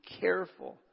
careful